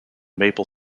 maple